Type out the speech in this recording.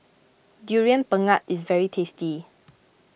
Durian Pengat is very tasty